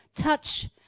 touch